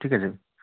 ঠিক আছে